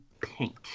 pink